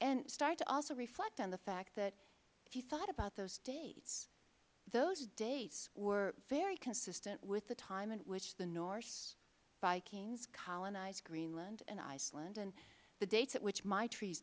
and started to also reflect on the fact that if you thought about those dates those dates were very consistent with the time in which the norse vikings colonized greenland and iceland and the dates at which my trees